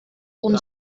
und